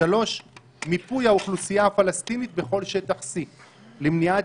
מיפוי האוכלוסייה הפלסטינית בכל שטח C למניעת